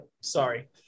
Sorry